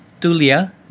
Tulia